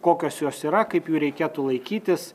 kokios jos yra kaip jų reikėtų laikytis